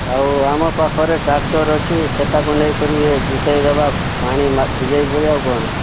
ଆଉ ଆମ ପାଖରେ ଟ୍ରାକ୍ଟର ଅଛି ସେହିଟା କୁ ନେଇକରି ଏ ଯୁତେଇ ଦେବା ପାଣି ଭିଜାଇ କରି ଆଉ କ'ଣ